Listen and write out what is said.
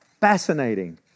Fascinating